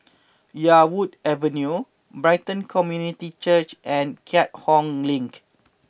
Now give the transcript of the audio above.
Yarwood Avenue Brighton Community Church and Keat Hong Link